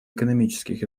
экономических